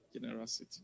generosity